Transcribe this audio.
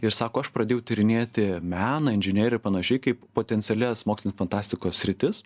ir sako aš pradėjau tyrinėti meną inžineriją ir panašiai kaip potencialias mokslinės fantastikos sritis